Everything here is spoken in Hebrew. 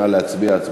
נא להצביע.